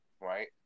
Right